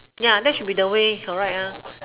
ya that should be the way correct